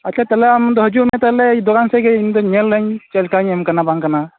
ᱟᱪᱪᱷᱟ ᱛᱟᱦᱚᱞᱮ ᱟᱢᱫᱚ ᱦᱤᱡᱩᱜ ᱢᱮ ᱛᱟᱦᱚᱞᱮ ᱫᱚᱠᱟᱱ ᱥᱮᱫᱜᱮ ᱤᱧᱫᱚ ᱧᱮᱞᱟᱹᱧ ᱪᱮᱫ ᱞᱮᱠᱟᱧ ᱮᱢ ᱠᱟᱱᱟ ᱵᱟᱝ ᱠᱟᱱᱟ